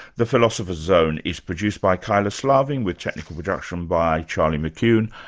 the philosopher's zone is produced by kyla slaven with technical production by charlie mckune.